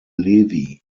levi